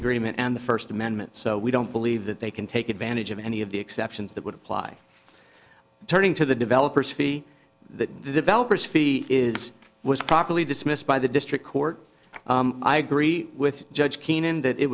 agreement and the first amendment so we don't believe that they can take advantage of any of the exceptions that would apply turning to the developers fee that the developers fee is was properly dismissed by the district court i agree with judge keenan that it